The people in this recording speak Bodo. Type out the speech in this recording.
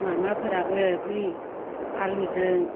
माबाफोराबो बै आलुजों